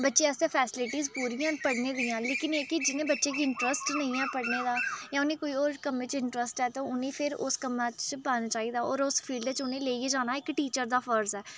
बच्चे आस्तै फैसिलिटीज पूरियां न पढ़ने दियां लेकिन जेह्की जि'नें बच्चे गी इंटरस्ट निं ऐ पढ़ने दा जां उ'नें ई होर कम्में च इंटरस्ट ऐ ते उ'नें ई फिर उस कम्मा च पाना चाहिदा होर उस फील्ड च उ'नें ई लेइयै जाना इक टीचर दा फर्ज़ ऐ